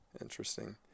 interesting